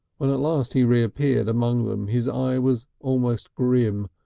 when at last he reappeared among them his eye was almost grim,